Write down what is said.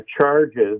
charges